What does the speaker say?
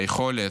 היכולת,